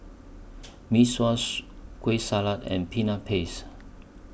Mee Sua's Kueh Salat and Peanut Paste